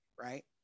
Right